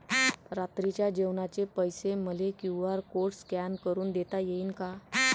रात्रीच्या जेवणाचे पैसे मले क्यू.आर कोड स्कॅन करून देता येईन का?